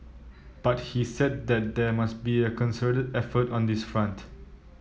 but he said that there must be a concerted effort on this front